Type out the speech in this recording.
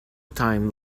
time